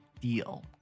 deal